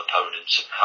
opponents